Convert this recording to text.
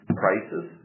prices